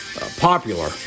popular